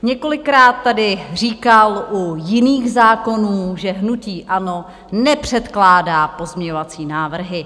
Několikrát tady říkal u jiných zákonů, že hnutí ANO nepředkládá pozměňovací návrhy.